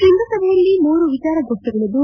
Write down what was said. ಶೃಂಗಸಭೆಯಲ್ಲಿ ಮೂರು ವಿಚಾರ ಗೋಷ್ಠಿಗಳಿದ್ದು